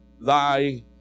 thy